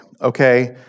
okay